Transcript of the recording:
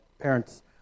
parents